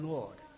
Lord